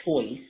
choice